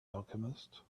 alchemist